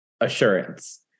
assurance